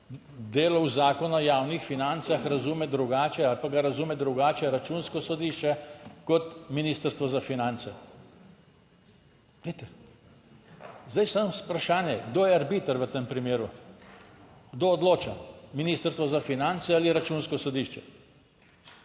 delov Zakona o javnih financah razume drugače ali pa ga razume drugače Računsko sodišče kot Ministrstvo za finance. Glejte, zdaj je samo vprašanje, kdo je arbiter v tem primeru, kdo odloča, Ministrstvo za finance ali Računsko sodišče.